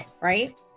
right